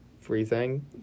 freezing